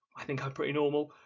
i think i'm pretty normal,